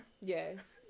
yes